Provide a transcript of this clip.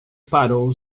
parou